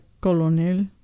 colonel